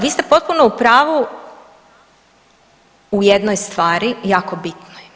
Vi ste potpuno u pravu u jednoj stvari jako bitnoj.